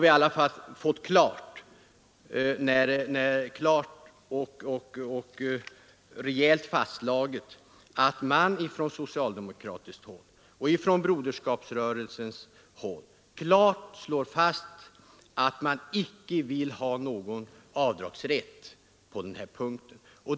Vi har dock fått klart och rejält fastslaget att man från socialdemokratiskt håll och från Broderskapsrörelsens håll inte vill ha någon avdragsrätt i detta sammanhang.